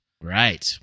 Right